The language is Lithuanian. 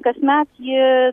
kasmet ji